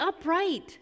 upright